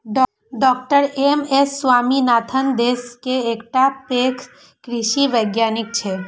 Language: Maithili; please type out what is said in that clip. डॉ एम.एस स्वामीनाथन देश के एकटा पैघ कृषि वैज्ञानिक छियै